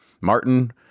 Martin